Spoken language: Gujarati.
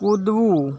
કૂદવું